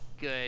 good